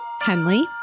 Henley